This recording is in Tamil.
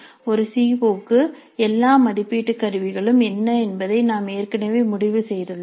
ஒரு சிஓ க்கு எல்லா மதிப்பீட்டு கருவிகளும் என்ன என்பதை நாம் ஏற்கனவே முடிவு செய்துள்ளோம்